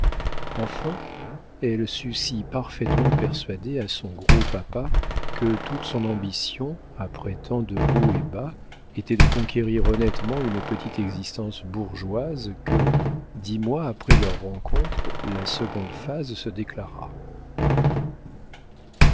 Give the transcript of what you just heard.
enfin elle sut si parfaitement persuader à son gros papa que toute son ambition après tant de hauts et bas était de conquérir honnêtement une petite existence bourgeoise que dix mois après leur rencontre la seconde phase se déclara